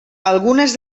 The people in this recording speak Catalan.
algunes